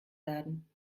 werden